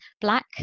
black